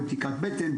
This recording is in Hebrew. בדיקת בטן,